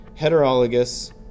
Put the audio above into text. Heterologous